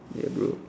ya bro